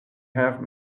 have